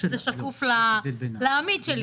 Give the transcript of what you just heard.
זה שקוף לעמית שלי,